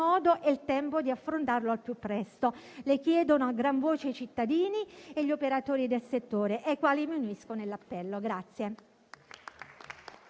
modo e il tempo di affrontarlo al più presto. Lo chiedono a gran voce i cittadini e gli operatori del settore, al cui appello mi